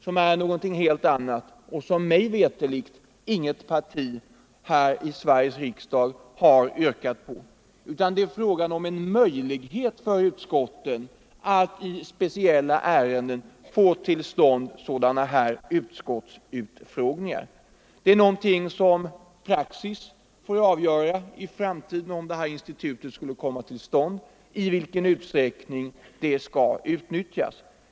Det är något helt annat. Mig veterligt har inget parti här i Sveriges riksdag yrkat på sådana sammanträden, utan det är fråga om en möjlighet för utskotten att i speciella ärenden få till stånd utskottsutfrågningar. I vilken utsträckning ett sådant institut — om det kommer till stånd — skall utnyttjas i framtiden får vi se.